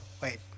wait